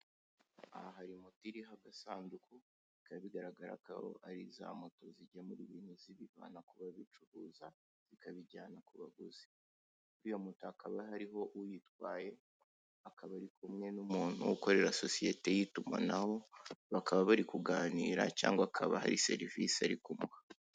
Aha hari moto iriho agasanduku, bikaba bigaragara ko ari za moto zigemura ibintu zibivana ku babicuruza zikabijyana ku baguzi, Kuri Iyo moto hakaba hariho uyitwaye , akaba ari kumwe n'umuntu ukorera sosiyete y'itumanaho, bakaba bari kuganira cyangwa Hhri serivise ari kumuha.